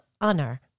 honor